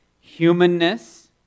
humanness